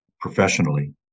professionally